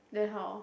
then how